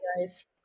guys